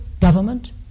government